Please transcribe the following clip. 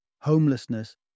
homelessness